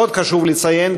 עוד חשוב לציין,